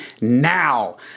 now